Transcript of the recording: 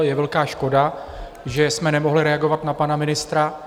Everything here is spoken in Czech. Je velká škoda, že jsme nemohli reagovat na pana ministra.